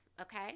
okay